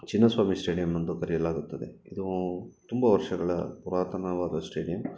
ಚಿನ್ನಸ್ವಾಮಿ ಸ್ಟೇಡಿಮ್ನಂದು ಕರೆಯಲಾಗುತ್ತದೆ ಇದು ತುಂಬ ವರ್ಷಗಳ ಪುರಾತನವಾದ ಸ್ಟೇಡಿಯಮ್